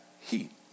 heat